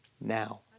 now